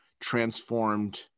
transformed